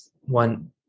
one